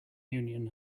union